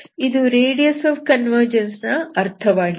ಇದು radius of convergence ನ ಅರ್ಥವಾಗಿದೆ